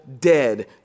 dead